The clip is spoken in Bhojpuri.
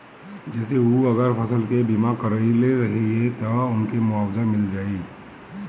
जेसे उ अगर फसल के बीमा करइले रहिये त उनके मुआवजा मिल जाइ